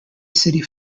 city